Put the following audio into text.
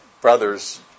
brothers